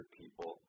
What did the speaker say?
people